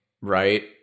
Right